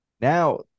Now